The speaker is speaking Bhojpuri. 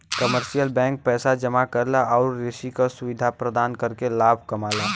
कमर्शियल बैंक पैसा जमा करल आउर ऋण क सुविधा प्रदान करके लाभ कमाला